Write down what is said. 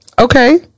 okay